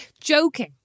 joking